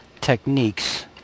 Techniques